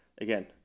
again